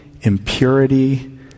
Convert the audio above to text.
impurity